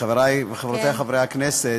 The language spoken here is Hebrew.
חברי וחברותי חברי הכנסת,